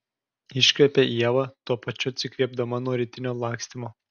iškvepia ieva tuo pačiu atsikvėpdama nuo rytinio lakstymo